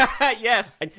yes